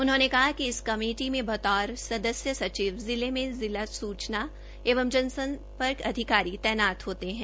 उन्होंने कहा कि इस कमेटी में बतौर सदस्य सचिव जिले में जिला सूचना एंव जनसम्पर्क अधिकारी तैनात होते है